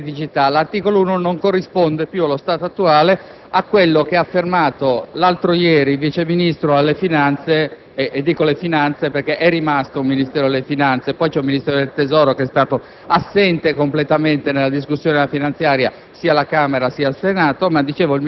Uno dei principi del bilancio è quello della veridicità. L'articolo 1 non corrisponde più, allo stato attuale, a quello che ha affermato l'altro ieri il Vice ministro delle finanze; e dico «delle finanze» perché è rimasto un Ministero delle finanze, e poi vi è un Ministero del tesoro che è stato completamente assente nella discussione della finanziaria,